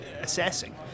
assessing